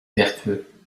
vertueux